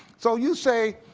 so you say,